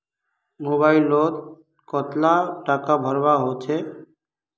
Mobile लोत कतला टाका भरवा होचे?